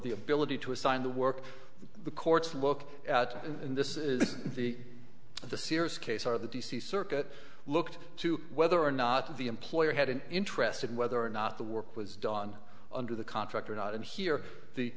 the ability to assign the work the courts look at in this is the the serious case of the d c circuit looked to whether or not the employer had an interest in whether or not the work was done under the contract or not and here the